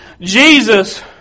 Jesus